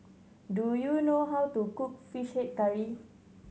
do you know how to cook Fish Head Curry